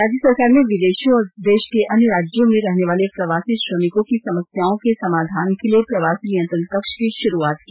राज्य सरकार ने विदेशों और देश के अन्य राज्यों में रहनेवाले प्रवासी श्रमिकों की समस्याओं के समाधान के लिए प्रवासी नियंत्रण कक्ष की भाुरूआत की